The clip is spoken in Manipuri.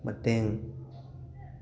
ꯃꯇꯦꯡ